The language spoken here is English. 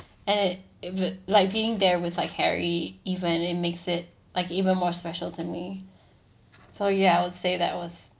and it uh but like being there with like harry even it makes it like even more special to me so ya I would say that was